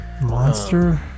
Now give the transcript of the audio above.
Monster